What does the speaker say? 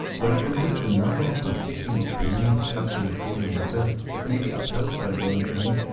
when i considered the number of conflicting opinions touching a single matter that may be upheld by learned men,